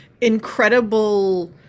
incredible